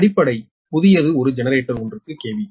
அடிப்படை புதியது ஒரு ஜெனரேட்டர் 1 க்கு KV